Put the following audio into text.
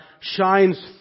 shines